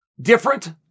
different